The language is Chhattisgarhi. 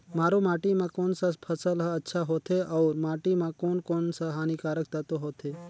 मारू माटी मां कोन सा फसल ह अच्छा होथे अउर माटी म कोन कोन स हानिकारक तत्व होथे?